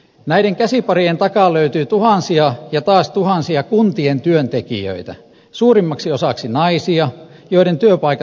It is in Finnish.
näiden käsiparien takaa löytyy tuhansia ja taas tuhansia kuntien työntekijöitä suurimmaksi osaksi naisia joiden työpaikat ovat vaarassa